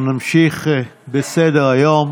אנחנו נמשיך בסדר-היום.